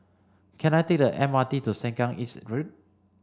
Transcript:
can I take the M R T to Sengkang East Road